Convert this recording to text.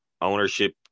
ownership